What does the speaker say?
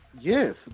yes